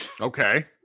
Okay